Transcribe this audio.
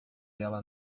ela